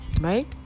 right